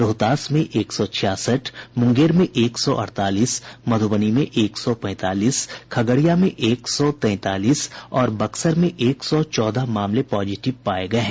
रोहतास में एक सौ छियासठ मुंगेर में एक सौ अड़तालीस मधुबनी में एक सौ पैंतालीस खगड़िया में एक सौ तैंतालीस और बक्सर में एक सौ चौदह मामले पॉजिटिव पाये गये हैं